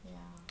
ya